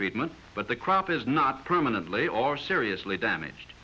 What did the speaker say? treatment but the crop is not permanently or seriously damaged